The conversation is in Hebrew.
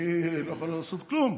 אני לא יכולה לעשות כלום.